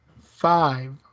five